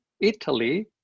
Italy